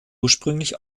ursprünglich